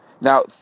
Now